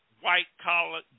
white-collar